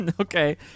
okay